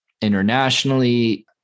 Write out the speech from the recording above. internationally